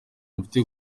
mfite